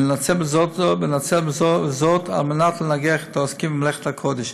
ולנצל זאת על מנת לנגח את העוסקים במלאכת הקודש.